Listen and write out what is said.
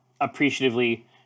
appreciatively